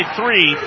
three